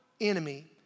enemy